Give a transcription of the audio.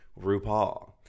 RuPaul